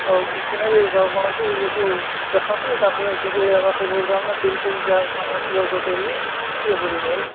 ଆଉ କିଛି ନାଇଁ ଯେ ଆଉ କ'ଣ କି ଆକୁ ଦେଖନ୍ତୁ ତାପରେ ଯଦି ହେବା ପୂର୍ବରୁ ତାମାନେ ବିଲ୍ ଫିଲ ଦିଆହେବ ମାନେ କ୍ଲିୟର୍ କରିଦେବି ଯେ ଇଏ କରିବ ହେଲା